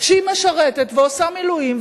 שמשרתת ועושה מילואים,